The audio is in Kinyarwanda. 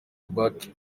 bike